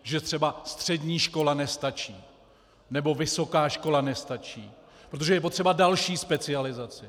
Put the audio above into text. Že třeba střední škola nestačí, nebo vysoká škola nestačí, protože je potřeba další specializace.